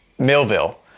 millville